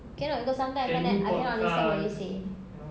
cannot because sometimes I cannot I cannot understand what you say